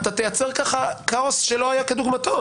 אתה תייצר כך כאוס שלא היה כדוגמתו.